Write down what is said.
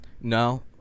No